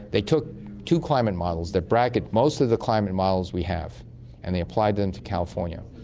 they took two climate models that bracket most of the climate models we have and they applied them to california.